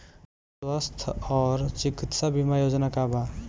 स्वस्थ और चिकित्सा बीमा योजना का बा?